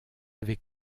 avez